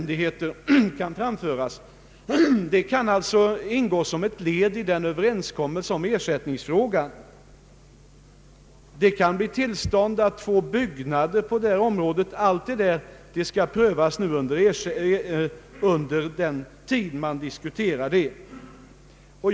Det kan eventuellt ingå som ett led i överenskommelsen om ersättningsfrågan. Det är också möjligt att det kan bli fråga om tillstånd att uppföra byggnader på detta område. Allt detta skall prövas när man nu skall diskutera ersättningsfrågan.